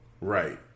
Right